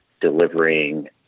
delivering